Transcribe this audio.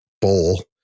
bowl